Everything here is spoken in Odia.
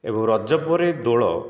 ଏବଂ ରଜ ପରେ ଦୋଳ